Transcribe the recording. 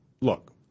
look